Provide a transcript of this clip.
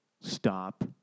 Stop